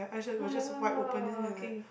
oh ya okay